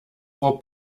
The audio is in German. vor